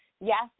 yes